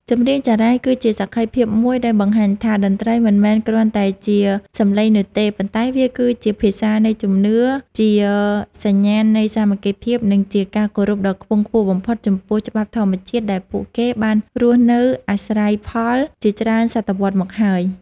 ចម្រៀងចារាយគឺជាសក្ខីភាពមួយដែលបង្ហាញថា តន្ត្រីមិនមែនគ្រាន់តែជាសម្លេងនោះទេ ប៉ុន្តែវាគឺជាភាសានៃជំនឿ ជាសញ្ញាណនៃសាមគ្គីភាព និងជាការគោរពដ៏ខ្ពង់ខ្ពស់បំផុតចំពោះច្បាប់ធម្មជាតិដែលពួកគេបានរស់នៅអាស្រ័យផលជាច្រើនសតវត្សមកហើយ។